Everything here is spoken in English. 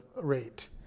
rate